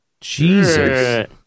Jesus